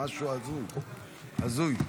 משהו הזוי, הזוי.